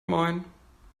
moin